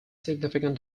significant